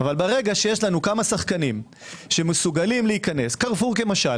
אבל ברגע שיש לנו כמה שחקנים שמסוגלים להיכנס קרפור כמשל